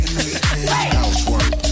Housework